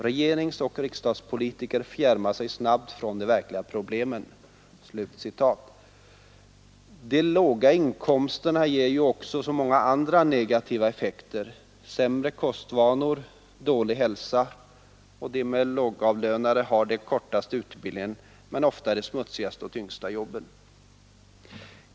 Regeringsoch riksdagspolitiker fjärmar sig snabbt från de verkliga problemen.” De låga inkomsterna ger ju också så många andra negativa effekter: sämre kostvanor, dålig hälsa. De lågavlönade har den kortaste utbildningen och ofta de smutsigaste och tyngsta jobben.